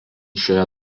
šioje